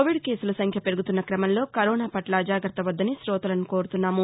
Covid కేసుల సంఖ్య పెరుగుతున్న కమంలో కరోనాపట్ల అజాగ్రత్త వద్దని కోతలను కోరుతున్నాము